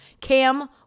Cam